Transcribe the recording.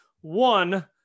One